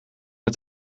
het